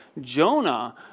Jonah